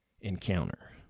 encounter